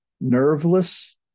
nerveless